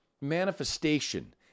manifestation